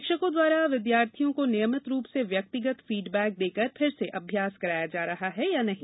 शिक्षकों द्वारा विद्यार्थियों को नियमित रूप से व्यक्तिगत फीडबैक देकर पुनः अभ्यास कराया जा रहा है या नही